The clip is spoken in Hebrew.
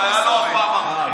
לא היו לו אף פעם ערכים.